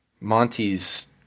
Monty's